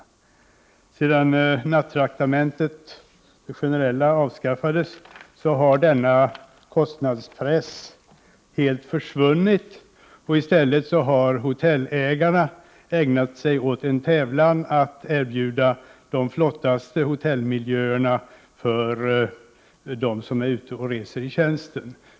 När det generella nattraktamentet avskaffades försvann denna kostnadspress helt. I stället har hotellägarna ägnat sig åt en tävlan att erbjuda dem som är ute och reser i tjänsten de finaste hotellmiljöerna.